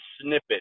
snippet